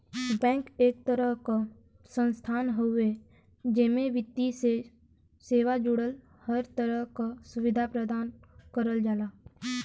bank एक तरह क संस्थान हउवे जेमे वित्तीय सेवा जुड़ल हर तरह क सुविधा प्रदान करल जाला